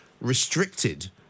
restricted